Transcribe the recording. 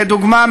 לדוגמה,